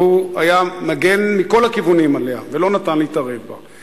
והוא היה מגן עליה מכל הכיוונים ולא נתן להתערב בה.